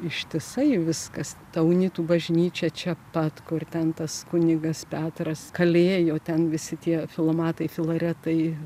ištisai viskas ta unitų bažnyčia čia pat kur ten tas kunigas petras kalėjo ten visi tie filomatai filaretai